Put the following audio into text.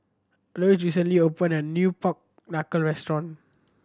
Loyce recently opened a new pork knuckle restaurant